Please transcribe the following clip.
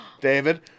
David